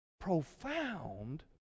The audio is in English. profound